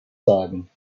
sagen